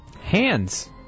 Hands